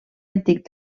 antic